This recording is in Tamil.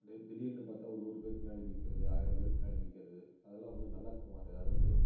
தி திடீர்னு பார்த்தா ஒரு நூறு பேர் பின்னாடி நிற்கறது ஆயிரம் பேர் பின்னாடி நிற்கறது அதெல்லாம் வந்து நல்லாருக்க மாட்டுன்து அது வந்து